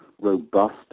robust